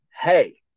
hey